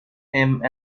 him